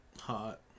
Hot